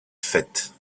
faites